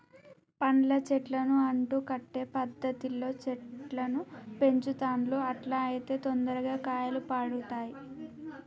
పండ్ల చెట్లను అంటు కట్టే పద్ధతిలో చెట్లను పెంచుతాండ్లు అట్లా అయితే తొందరగా కాయలు పడుతాయ్